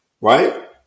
Right